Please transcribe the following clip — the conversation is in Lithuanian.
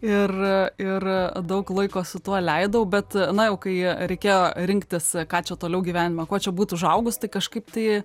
ir ir daug laiko su tuo leidau bet na jau kai reikėjo rinktis ką čia toliau gyvenime kuo čia būt užaugus tai kažkaip tai